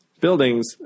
buildings